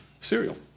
cereal